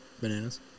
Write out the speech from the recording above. bananas